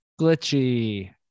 Glitchy